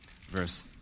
verse